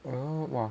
oh !wah!